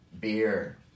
Beer